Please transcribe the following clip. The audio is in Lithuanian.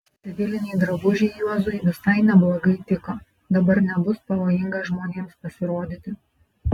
civiliniai drabužiai juozui visai neblogai tiko dabar nebus pavojinga žmonėms pasirodyti